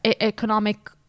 economic